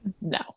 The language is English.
No